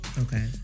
Okay